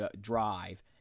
drive